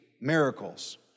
miracles